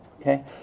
okay